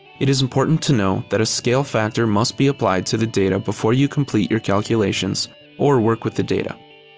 it is important to know that a scale factor must be applied to the data before you complete your calculations or work with the data.